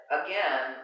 again